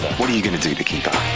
what are you gonna do to keep up?